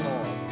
Lord